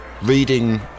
reading